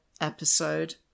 episode